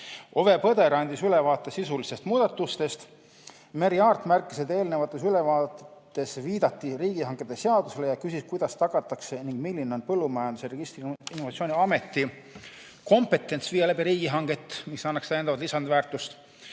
Ove Põder andis ülevaate sisulistest muudatustest. Merry Aart märkis, et eelmistes ülevaadetes viidati riigihangete seadusele, ja küsis, kuidas tagatakse ning milline on Põllumajanduse Registrite ja Informatsiooni Ameti kompetents viia läbi riigihanget, mis annaks täiendavat lisandväärtust.